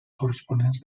corresponents